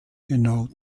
genau